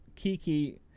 Kiki